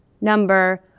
number